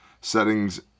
settings